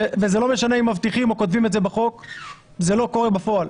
וזה לא משנה אם מבטיחים או כותבים את זה בחוק אם זה לא קורה בפועל.